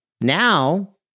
now